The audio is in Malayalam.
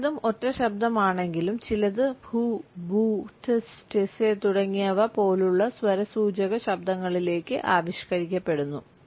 മിക്കതും ഒറ്റ ശബ്ദം ആണെങ്കിലും ചിലത് പൂഹ് ബൂ ടിസ് ടിസെ തുടങ്ങിയവ പോലുള്ള സ്വരസൂചക ശബ്ദങ്ങളിലേക്ക് ആവിഷ്കരിക്കപ്പെടുന്നു